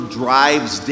drives